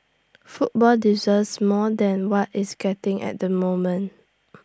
football deserves more than what it's getting at the moment